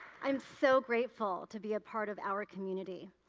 um so grateful to be a part of our community.